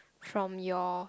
from your